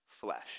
flesh